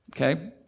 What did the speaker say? Okay